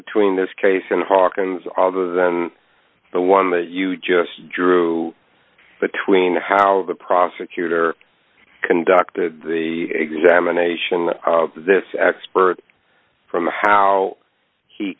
between this case and hearkens other than the one that you just drew the tween how the prosecutor conducted the examination of this expert from how he